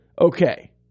okay